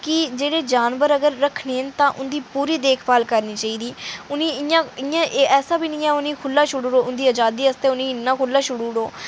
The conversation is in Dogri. जेह्ड़े जा जानवर अगर रक्खने तां उं'दी पूरी देखभाल रक्खनी चाहिदी ऐसा बी नेईं ऐ कि उ'नें गी खुह्ल्ला छोड़ी देओ इं'दी अजादी आस्तै उ'नें गी इन्ना खुह्ल्ला छड्डो